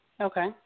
Okay